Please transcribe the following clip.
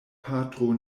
patro